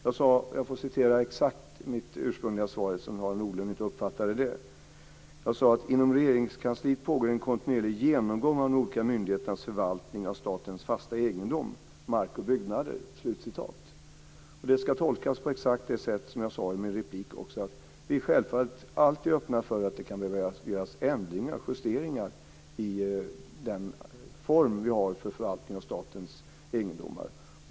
Jag får citera exakt ur mitt ursprungliga svar, eftersom Harald Nordlund inte uppfattade det: "Inom Regeringskansliet pågår en kontinuerlig genomgång av de olika myndigheternas förvaltning av statens fasta egendom, mark och byggnader." Det ska tolkas på exakt det sätt som jag sade i mitt andra inlägg: Vi är självfallet alltid öppna för att det kan behöva göras ändringar och justeringar i den form vi har för förvaltning av statens egendomar.